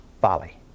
folly